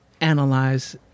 analyze